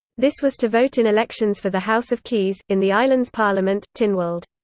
this was to vote in elections for the house of keys, in the island's parliament, tynwald.